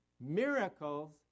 Miracles